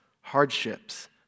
hardships